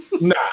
Nah